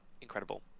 Incredible